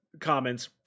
comments